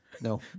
No